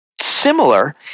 similar